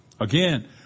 Again